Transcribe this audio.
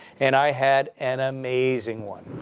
and i had an amazing one.